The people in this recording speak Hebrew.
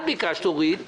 את ביקשת אורית,